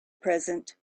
present